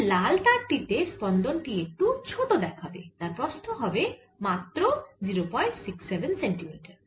তাই লাল তার টি তে স্পন্দন টি একটু ছোট দেখাবে তার প্রস্থ হবে মাত্র 067 সেন্টিমিটার